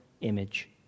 image